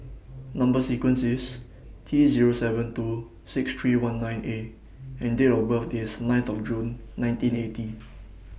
Number sequence IS T Zero seven two six three one nine A and Date of birth IS ninth of June nineteen eighty